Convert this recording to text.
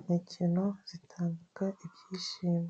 Imikino itanga ibyishimo,